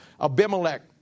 Abimelech